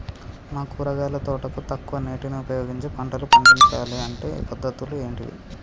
మా కూరగాయల తోటకు తక్కువ నీటిని ఉపయోగించి పంటలు పండించాలే అంటే పద్ధతులు ఏంటివి?